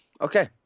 Okay